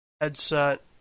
headset